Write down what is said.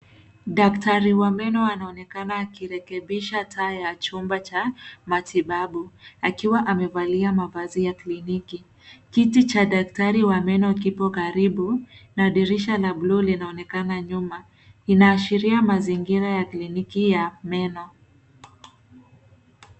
Daktari wa meno anaonekana akirekebisha taa ya chumba cha matibabu, akiwa amevalia mavazi ya kiliniki. Kiti cha daktari wa meno kipo karibu na dirisha la buluu linaonekana nyuma. Inaashiria mazingira ya kliniki ya meno.